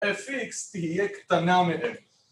‫fx, תהיה קטנה מהם.